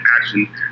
action